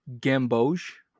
Gamboge